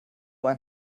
ein